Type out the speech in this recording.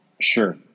Sure